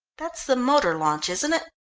that's the motor-launch, isn't it?